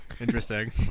Interesting